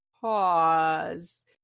pause